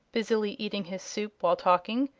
busily eating his soup while talking,